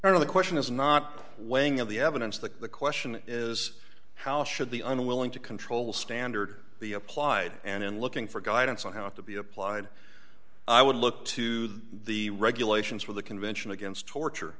for the question is not weighing of the evidence that the question is how should the unwilling to control standard the applied and in looking for guidance on how to be applied i would look to the regulations for the convention against torture